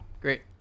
Great